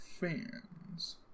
Fans